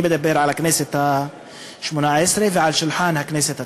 אני מדבר על הכנסת השמונה-עשרה ועל הכנסת התשע-עשרה,